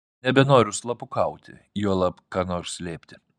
nebenoriu slapukauti juolab ką nors slėpti